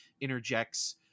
interjects